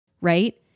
Right